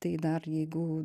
tai dar jeigu